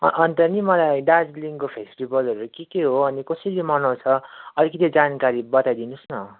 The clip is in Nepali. अन्त नि मलाई दार्जिलिङको फेस्टिभलहरू के के हो अनि कसरी मनाउछ अलिकति जानकारी बताइदिनु होस् न